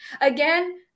Again